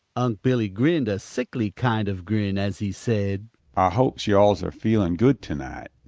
unc' billy grinned a sickly kind of grin as he said ah hopes yo'alls are feeling good tonight.